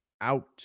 out